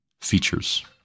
features